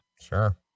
Sure